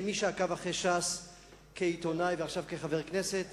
כמי שעקב אחרי ש"ס כעיתונאי ועכשיו כחבר הכנסת,